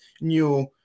new